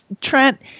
Trent